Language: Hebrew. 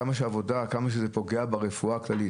כמה עבודה, כמה שזה פוגע ברפואה הכללית.